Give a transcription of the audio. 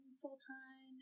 full-time